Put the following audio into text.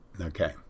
okay